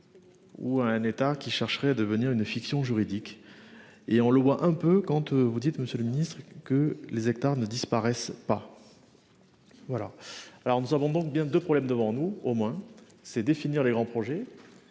ou. Ou un État qui chercherait à devenir une fiction juridique. Et on le voit un peu quand vous dites, Monsieur le Ministre, que les hectares ne disparaissent pas. Voilà alors nous avons donc bien de problèmes devant nous au moins c'est définir les grands projets.